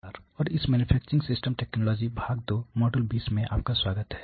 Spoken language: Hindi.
नमस्कार और इस मैन्युफैक्चरिंग सिस्टम टेक्नोलॉजी भाग 2 मॉड्यूल 20 में आपका स्वागत है